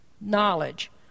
knowledge